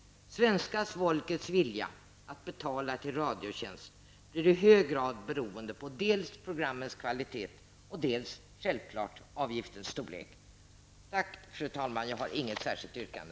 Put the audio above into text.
Svenska folkets vilja att betala till radiotjänst blir i hög grad beroende av dels programmens kvalitet och dels -- självfallet -- Tack, fru talman! Jag har inget särskilt yrkande.